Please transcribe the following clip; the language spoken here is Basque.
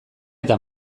eta